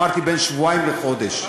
אמרתי בין שבועיים לחודש.